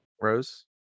Rose